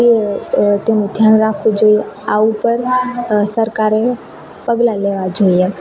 તે તેનું ધ્યાન રાખવું જોઈએ આ ઉપર સરકારે પગલાં લેવા જોઈએ